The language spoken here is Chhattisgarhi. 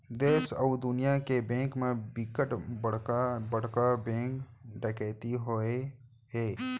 देस अउ दुनिया के बेंक म बिकट बड़का बड़का बेंक डकैती होए हे